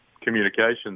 communications